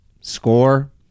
score